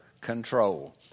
control